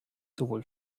sowohl